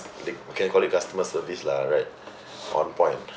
the~ can call it customer service lah right on point